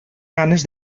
ganes